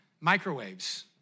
Microwaves